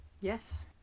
Yes